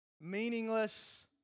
meaningless